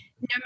no